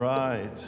Right